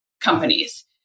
companies